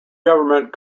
government